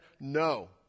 No